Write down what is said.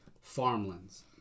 farmlands